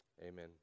Amen